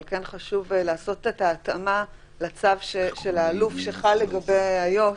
אבל כן חשוב לעשות את ההתאמה לצו של האלוף שחל לגבי איו"ש,